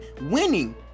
winning